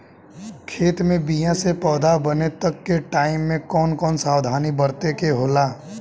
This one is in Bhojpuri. खेत मे बीया से पौधा बने तक के टाइम मे कौन कौन सावधानी बरते के होला?